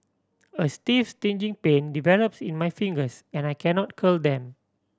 a stiff stinging pain develops in my fingers and I cannot curl them